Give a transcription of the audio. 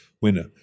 winner